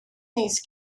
these